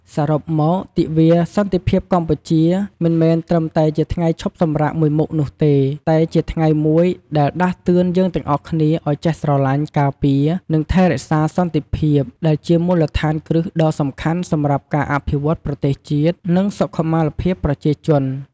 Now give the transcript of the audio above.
សរុបមក ទិវាសន្តិភាពកម្ពុជា មិនមែនត្រឹមតែជាថ្ងៃឈប់សម្រាកមួយមុខនោះទេ តែជាថ្ងៃមួយដែលដាស់តឿនយើងទាំងអស់គ្នាឱ្យចេះស្រឡាញ់ ការពារ និងថែរក្សាសន្តិភាព ដែលជាមូលដ្ឋានគ្រឹះដ៏សំខាន់សម្រាប់ការអភិវឌ្ឍន៍ប្រទេសជាតិ និងសុខុមាលភាពប្រជាជន។